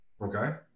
Okay